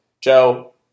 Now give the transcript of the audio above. Joe